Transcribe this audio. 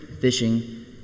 fishing